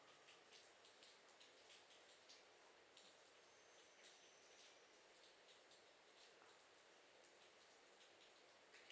fee the